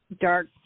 Dark